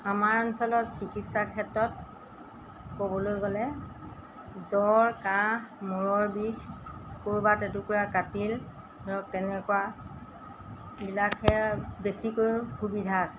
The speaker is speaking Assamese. আমাৰ অঞ্চলত চিকিৎসাৰ ক্ষেত্ৰত ক'বলৈ গ'লে জ্বৰ কাহ মূৰৰ বিষ ক'ৰবাত এটুকুৰা কাটিল ধৰক তেনেকুৱাবিলাকহে বেছিকৈ সুবিধা আছে